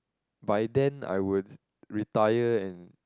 by then I would retire and